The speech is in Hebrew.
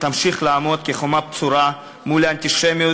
תמשיך לעמוד כחומה בצורה מול האנטישמיות